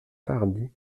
tardy